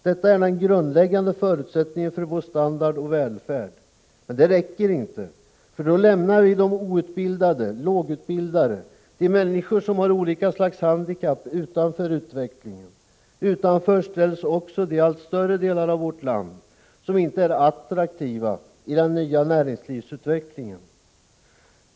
Detta är den grundläggande förutsättningen för vår standard och välfärd. Men det räcker inte, för då lämnar vi de outbildade, de lågutbildade, de människor som har olika slags handikapp, utanför utvecklingen. Utanför ställs också de allt större delar av vårt land som inte är attraktiva i den nya näringslivsutvecklingen.